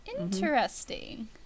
interesting